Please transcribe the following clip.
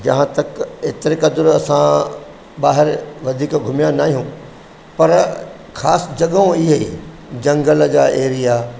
जहा तक एतिरे क़द्रु असां ॿाहिरि वधीक घुमिया न आहियूं पर ख़ासि जॻहियूं ईअं जंगल जा एरिया